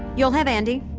you'll have andi.